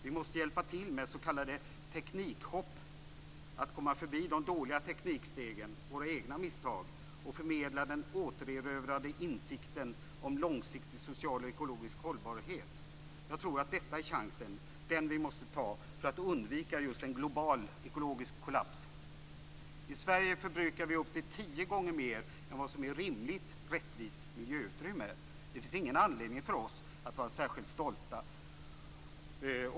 Vi måste hjälpa till med s.k. teknikhopp, dvs. att komma förbi de dåliga teknikstegen, våra egna misstag, och förmedla den återerövrade insikten om långsiktig social och ekologisk hållbarhet. Jag tror att det är den chans som vi måste ta för att undvika just en global ekologisk kollaps. I Sverige förbrukar vi upp till tio gånger mer än vad som är ett rimligt, rättvist miljöutrymme. Det finns ingen anledning för oss att vara särskilt stolta.